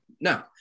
no